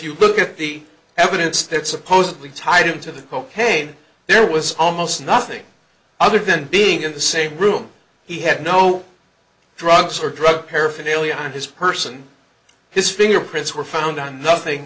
you look at the evidence that supposedly tied him to the cocaine there was almost nothing other than being in the same room he had no drugs or drug paraphernalia on his person his fingerprints were found on nothing